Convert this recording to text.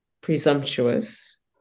presumptuous